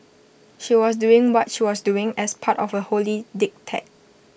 she was doing what she was doing as part of A holy diktat